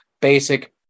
basic